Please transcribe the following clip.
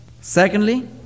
Secondly